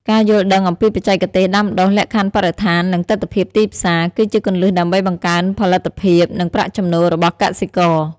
ការយល់ដឹងអំពីបច្ចេកទេសដាំដុះ លក្ខខណ្ឌបរិស្ថាន និងទិដ្ឋភាពទីផ្សារ គឺជាគន្លឹះដើម្បីបង្កើនផលិតភាព និងប្រាក់ចំណូលរបស់កសិករ។